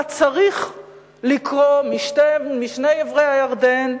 מה צריך לקרות משני עברי הירדן,